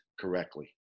correctly